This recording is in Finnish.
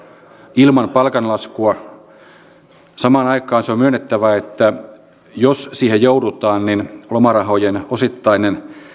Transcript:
ilman palkan laskua on myönnettävä että jos siihen joudutaan niin lomarahojen osittain